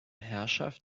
herrschaft